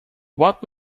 what